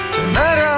Tonight